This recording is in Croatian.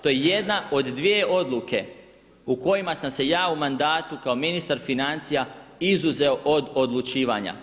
To je jedna od dvije odluke u kojima sam se ja u mandatu kao ministar financija izuzeo od odlučivanja.